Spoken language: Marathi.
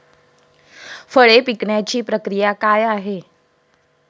फळे पिकण्याची प्रक्रिया काय आहे?